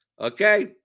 okay